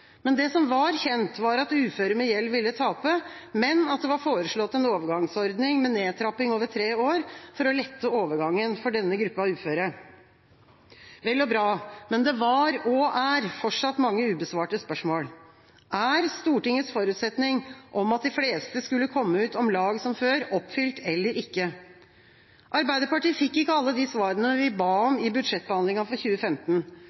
Det som var kjent, var at uføre med gjeld ville tape, men at det var foreslått en overgangsordning med nedtrapping over tre år for å lette overgangen for denne gruppa uføre. Vel og bra, men det var – og er – fortsatt mange ubesvarte spørsmål. Er Stortingets forutsetning om at de fleste skulle komme ut om lag som før, oppfylt eller ikke? Vi i Arbeiderpartiet fikk ikke alle de svarene vi ba om, i budsjettbehandlinga for 2015.